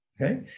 okay